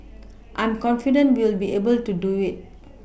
I'm confident we'll be able to do it